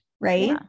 right